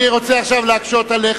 ברשותך, אני רוצה עכשיו להקשות עליך.